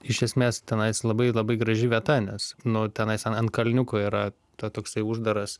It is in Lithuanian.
iš esmės tenais labai labai graži vieta nes nu tenais an an kalniuko yra ta toksai uždaras